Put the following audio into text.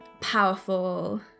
powerful